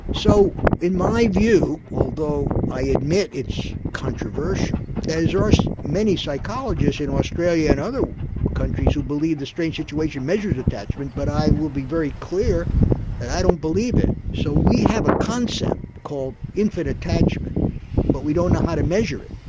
so, in my view although i admit it's controversial there are are so many psychologists in australia and other countries who believe the strange situation measures attachment but i will be very clear that i don't believe it. so we have a concept called infant attachment but we don't know how to measure it.